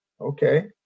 okay